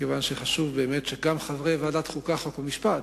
מכיוון שחשוב באמת שגם חברי ועדת החוקה, חוק ומשפט